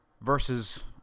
Versus